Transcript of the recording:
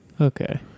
Okay